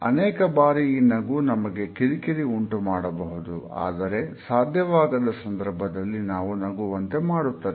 ಅನೇಕಬಾರಿ ಈ ನಗು ನಮಗೆ ಕಿರಿಕಿರಿ ಉಂಟುಮಾಡಬಹುದು ಏಕೆಂದರೆ ಸಾಧ್ಯವಾಗದ ಸಂದರ್ಭದಲ್ಲಿ ನಾವು ನಗುವಂತೆ ಮಾಡುತ್ತದೆ